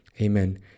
amen